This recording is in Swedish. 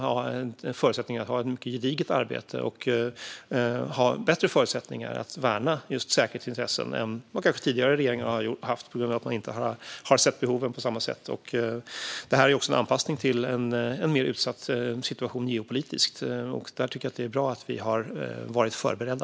Jag tror att vi med de underlagen kommer att ha bättre förutsättningar att värna säkerhetsintressen än tidigare regeringar kanske har haft på grund av att man inte har sett behoven på samma sätt. Det här är också en anpassning till en mer utsatt geopolitisk situation. Det är bra att vi har varit förberedda.